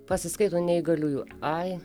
pasiskaito neįgaliųjų ai